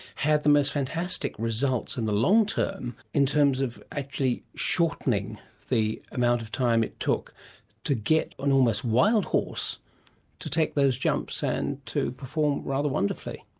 had the most fantastic results in the long term in terms of actually shortening the amount of time it took to get an almost wild horse to take those jumps and to perform rather wonderfully.